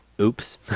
oops